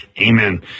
Amen